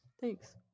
Thanks